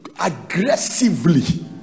aggressively